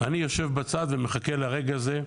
אני יושב בצד ומחכה לרגע הזה,